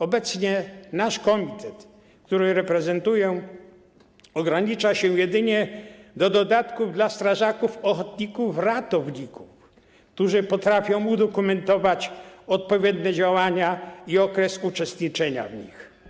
Obecnie komitet, który reprezentuję, ogranicza się jedynie do dodatku dla strażaków ochotników ratowników, którzy potrafią udokumentować odpowiednie działania i okres uczestniczenia w nich.